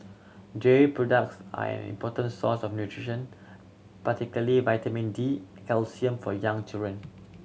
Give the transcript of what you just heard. dairy products are an important source of nutrition particularly vitamin D calcium for young children